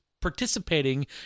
participating